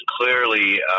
clearly